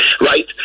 right